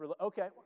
Okay